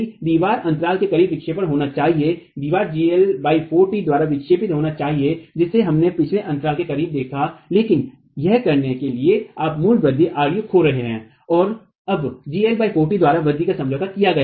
दीवार अंतराल के करीब विक्षेपण होना चाहिए दिवार gL4t द्वारा विक्षेपित होना चाहीए जिसे हमने पहले अन्तराल के करीब देखालेकिन यह करने में कि आप मूल वृद्धि ru खो रहे है और अब gL4t द्वारा वृद्धि का समझौता किया गया है